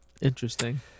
interesting